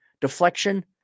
deflection